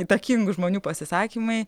įtakingų žmonių pasisakymai